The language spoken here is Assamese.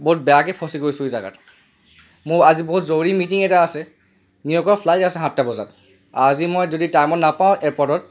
বহুত বেয়াকৈ ফচি গৈছোঁ জেগাত মোৰ বহুত জৰুৰী মিটিং এটা আছে নিউইয়ৰ্কৰ ফ্লাইট আছে সাতটা বজাত আজি মই যদি টাইমত নাপাওঁ এয়াৰপোৰ্টত